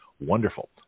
wonderful